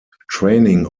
training